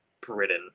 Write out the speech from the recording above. Britain